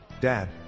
Dad